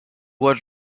was